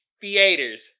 theaters